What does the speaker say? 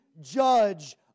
Judge